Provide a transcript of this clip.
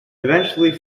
eventually